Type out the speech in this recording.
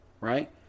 right